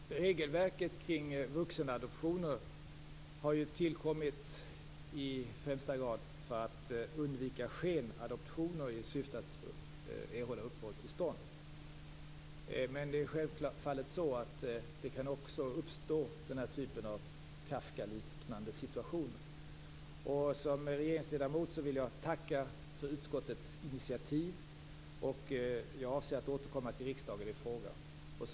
Herr talman! Regelverket kring vuxenadoptioner har tillkommit främst för att undvika skenadoptioner i syfte att erhålla uppehållstillstånd. Men självfallet kan också den här typen av Kafkaliknande situationer uppstå. Som regeringsledamot vill jag tacka för utskottets initiativ. Jag avser att återkomma till riksdagen i frågan.